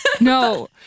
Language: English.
No